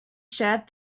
shared